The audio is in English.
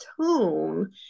tone